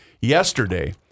Yesterday